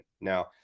now